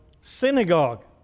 synagogue